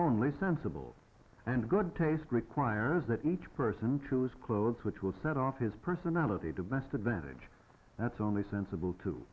only sensible and good taste requires that each person choose clothes which will set off his personality to best advantage that's only sensible to